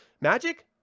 Magic